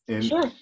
Sure